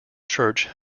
church